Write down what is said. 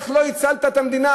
איך לא הצלת את המדינה?